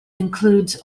includes